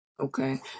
Okay